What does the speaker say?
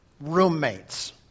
roommates